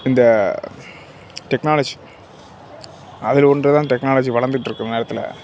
இந்த டெக்னாலஜி அதில் ஒன்று தான் டெக்னாலஜி வளர்ந்துட்டு இருக்க நேரத்தில்